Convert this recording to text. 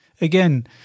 Again